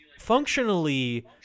functionally